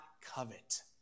covet